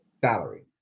salary